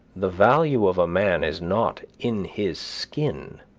the value of a man is not in his skin,